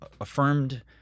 affirmed